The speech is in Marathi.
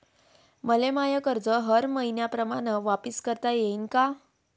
मले माय कर्ज हर मईन्याप्रमाणं वापिस करता येईन का?